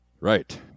Right